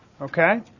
okay